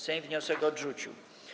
Sejm wniosek odrzucił.